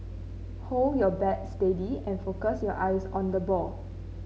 hold your bat steady and focus your eyes on the ball